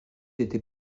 était